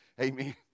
Amen